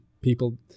people